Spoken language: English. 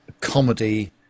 comedy